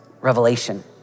Revelation